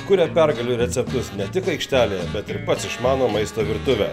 kuria pergalių receptus ne tik aikštelėje bet ir pats išmano maisto virtuvę